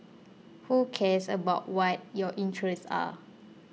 who cares about what your interests are